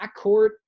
backcourt